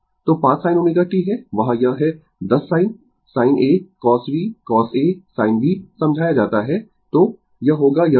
तो 5 sin ω t है वहां यह है 10 sin sin a cos v cos a sin V समझाया जाता है तो यह होगा यह टर्म